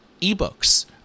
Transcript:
ebooks